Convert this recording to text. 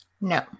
No